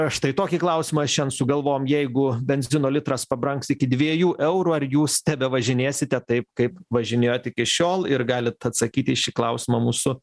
štai tokį klausimą šiandien sugalvojom jeigu benzino litras pabrangs iki dviejų eurų ar jūs tebevažinėsite taip kaip važinėjot iki šiol ir galit atsakyti į šį klausimą mūsų